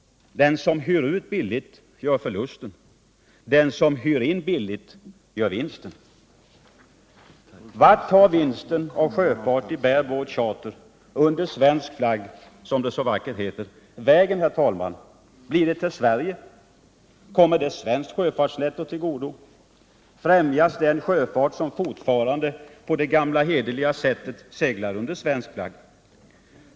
Den som hyr ut billigt gör förlusten, den som hyr in billigt gör vinsten. Vart tar vinsten av sjöfart i bare-boat charter under svensk flagg, som det så vackert heter, vägen, herr talman! Blir det till Sverige? Kommer den svenskt sjöfartsnetto till godo? Främjas den sjöfart som fortfarande på det gamla hederliga sättet seglar under svensk flagg?